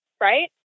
right